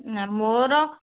ନାଁ ମୋର